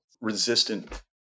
resistant